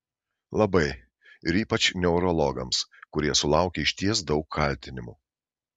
labai ir ypač neurologams kurie sulaukia išties daug kaltinimų